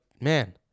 man